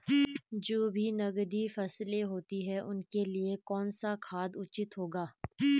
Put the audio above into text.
जो भी नकदी फसलें होती हैं उनके लिए कौन सा खाद उचित होगा?